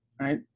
right